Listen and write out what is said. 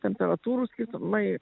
temperatūrų skirtumai